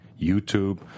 YouTube